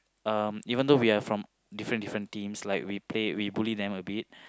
um even though we are from different different teams like we play we bully them a bit